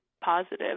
positive